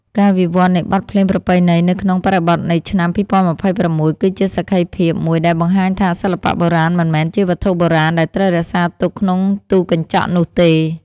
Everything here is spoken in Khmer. ការវិវត្តនៃបទភ្លេងប្រពៃណី នៅក្នុងបរិបទនៃឆ្នាំ ២០២៦ គឺជាសក្ខីភាពមួយដែលបង្ហាញថា សិល្បៈបុរាណមិនមែនជាវត្ថុបុរាណដែលត្រូវរក្សាទុកក្នុងទូកញ្ចក់នោះទេ។